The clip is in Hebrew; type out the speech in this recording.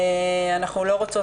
אנחנו לא רוצות,